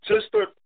sister